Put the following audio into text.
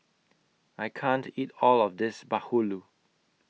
I can't eat All of This Bahulu